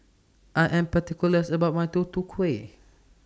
I Am particulars about My Tutu Kueh